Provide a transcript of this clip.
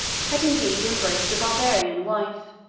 had indeed embraced a barbarian wife.